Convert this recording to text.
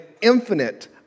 infinite